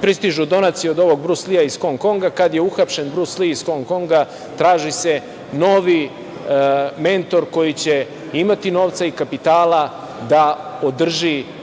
pristižu donacije od ovog Brus Lija ih Hong Konga. Kada je uhapšen Brus Li ih Hong Konga traži se novi mentor koji će imati novca i kapitala da podrži